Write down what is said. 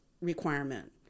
requirement